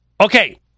Okay